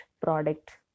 product